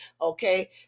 Okay